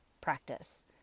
practice